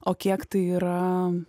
o kiek tai yra